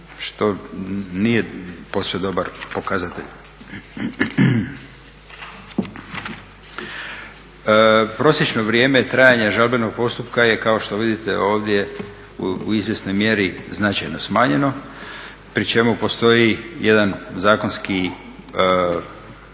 što nije posve dobar pokazatelj. Prosječno vrijeme trajanja žalbenog postupka je kao što vidite ovdje u izvjesnoj mjeri značajno smanjeno, pri čemu postoji jedan zakonski može